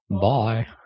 Bye